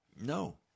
No